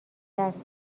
درس